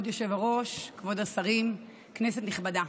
כבוד היושב-ראש, כבוד השרים, כנסת נכבדה,